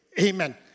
Amen